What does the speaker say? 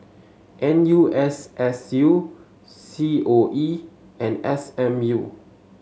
N U S S U C O E and S M U